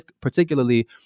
particularly